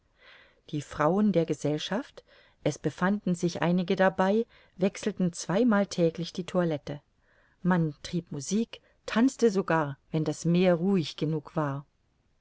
die frauen der gesellschaft es befanden sich einige dabei wechselten zweimal täglich die toilette man trieb musik tanzte sogar wann das meer ruhig genug war